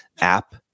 app